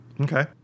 Okay